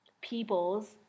peoples